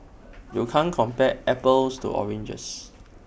you can't compare apples to oranges